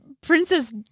princess